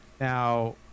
Now